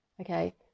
Okay